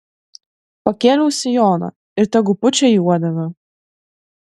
pakėliau sijoną ir tegu pučia į uodegą